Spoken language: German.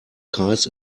kreis